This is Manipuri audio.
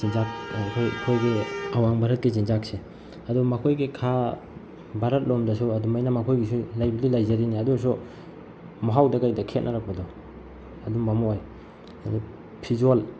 ꯆꯤꯟꯖꯥꯛ ꯑꯩꯈꯣꯏꯒꯤ ꯑꯋꯥꯡ ꯚꯥꯔꯠꯀꯤ ꯆꯤꯟꯖꯥꯛꯁꯦ ꯑꯗꯨ ꯃꯈꯣꯏꯒꯤ ꯈꯥ ꯚꯥꯔꯠ ꯂꯣꯝꯗꯁꯨ ꯑꯗꯨꯃꯥꯏꯅ ꯃꯈꯣꯏꯒꯤꯁꯨ ꯂꯩꯕꯨꯗꯤ ꯂꯩꯖꯔꯤꯅꯦ ꯑꯗꯨ ꯑꯣꯏꯔꯁꯨ ꯃꯍꯥꯎꯗ ꯀꯩꯗ ꯈꯦꯅꯔꯛꯄꯗꯣ ꯑꯗꯨꯝꯕ ꯑꯃ ꯑꯣꯏ ꯑꯗꯨ ꯐꯤꯖꯣꯜ